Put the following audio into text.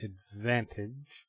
Advantage